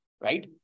Right